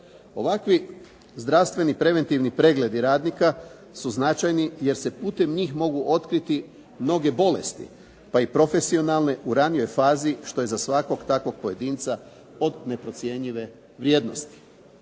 Ovakvi zdravstveni preventivni pregledi radnika su značajni jer se putem njih mogu otkriti mnoge bolesti pa i profesionalne u ranijoj fazi, što je za svakog takvog pojedinca od neprocjenjive vrijednosti.